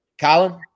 Colin